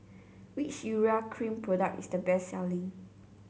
which Urea Cream product is the best selling